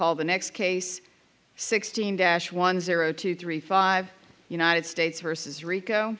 well the next case sixteen dash one zero two three five united states versus rico